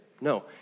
No